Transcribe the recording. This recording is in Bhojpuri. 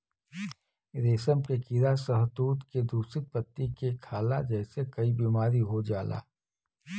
रेशम के कीड़ा शहतूत के दूषित पत्ती के खाला जेसे कई बीमारी हो जाला